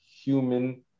human